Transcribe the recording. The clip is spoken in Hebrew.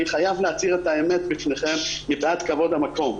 חייב להצהיר בפניכם אמת מפאת כבוד המקום.